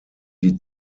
die